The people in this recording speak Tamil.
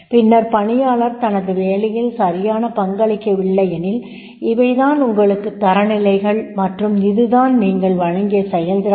பின்னர் பணியாளர் தனது வேலையில் சரியான பங்களிக்கவில்லையெனில் இவை தான் உங்களுக்கான தரநிலைகள் மற்றும் இதுதான் நீங்கள் வழங்கிய செயல்திறன்